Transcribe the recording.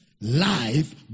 life